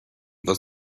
was